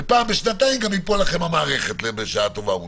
ופעם בשנתיים גם תיפול לכם המערכת בשעה טובה ומוצלחת.